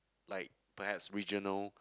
like perhaps regional